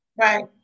Right